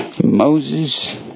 Moses